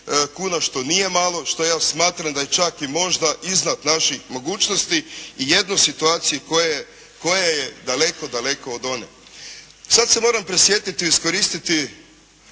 kuna, što nije malo, što ja smatram da je čak i možda iznad naših mogućnosti i jednoj situaciji koja je daleko, daleko od one. Sad se moram prisjetiti i iskoristiti